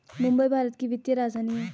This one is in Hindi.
मुंबई भारत की वित्तीय राजधानी है